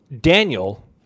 Daniel